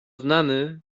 znany